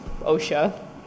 OSHA